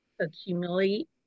accumulate